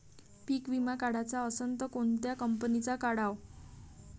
पीक विमा काढाचा असन त कोनत्या कंपनीचा काढाव?